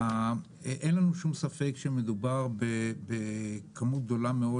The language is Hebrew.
אין לנו שום ספק שמדובר בכמות גדולה מאוד